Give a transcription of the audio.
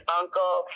uncle